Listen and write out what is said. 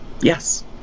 Yes